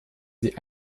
sie